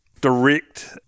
direct